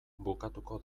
bukatuko